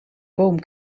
boom